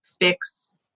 fix